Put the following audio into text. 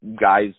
guys